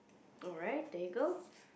alright there you go